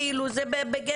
כאילו זה בגדר